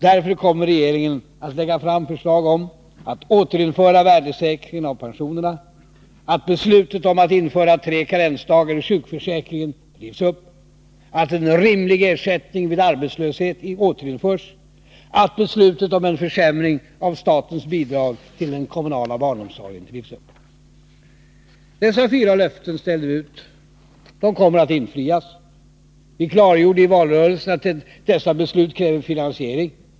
Därför kommer regeringen att lägga fram förslag om: — att beslutet om att införa tre karensdagar i sjukförsäkringen rivs upp, — att en rimlig ersättning vid arbetslöshet återinförs, — att beslutet om en försämring av statens bidrag till den kommunala barnomsorgen rivs upp. Dessa fyra löften ställde vi ut. De kommer att infrias. Vi klargjorde i valrörelsen att dessa beslut kräver finansiering.